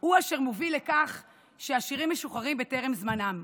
הוא אשר מוביל לכך שאסירים משוחררים טרם זמנם,